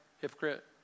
hypocrite